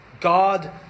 God